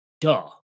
Duh